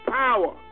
power